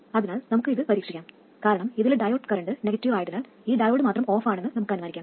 അതിനാൽ നമുക്ക് ഇത് പരീക്ഷിക്കാം കാരണം ഇതിലെ ഡയോഡ് കറന്റ് നെഗറ്റീവ് ആയതിനാൽ ഈ ഡയോഡ് മാത്രം ഓഫാണെന്ന് നമുക്ക് അനുമാനിക്കാം